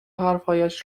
حرفهایش